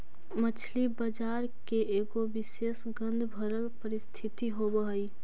मछली बजार के एगो विशेष गंधभरल परिस्थिति होब हई